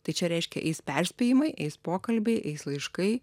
tai čia reiškia eis perspėjimai eis pokalbiai eis laiškai